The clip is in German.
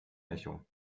echo